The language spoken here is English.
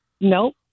Nope